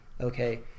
Okay